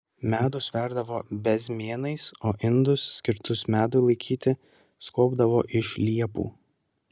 medų sverdavo bezmėnais o indus skirtus medui laikyti skobdavo iš liepų